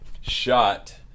shot